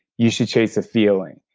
you should chase a feeling.